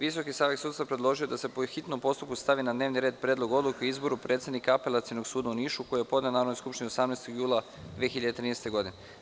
Visoki savet sudstva predložio je da se po hitnom postupku stavi na dnevni red Predlog odluke o izboru predsednika Apelacionog suda u Nišu, koji je podneo Narodnoj skupštini 18. jula 2013. godine.